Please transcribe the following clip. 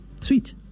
Sweet